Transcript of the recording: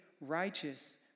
righteous